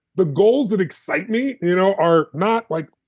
the goals that excite me you know are not like.